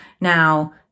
Now